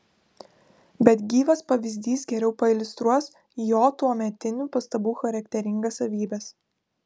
bet gyvas pavyzdys geriau pailiustruos jo tuometinių pastabų charakteringas savybes